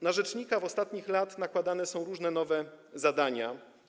Na rzecznika w ostatnich latach nakładane są różne nowe zadania.